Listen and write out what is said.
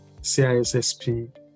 cissp